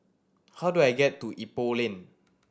how do I get to Ipoh Lane